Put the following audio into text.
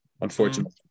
unfortunately